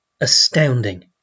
astounding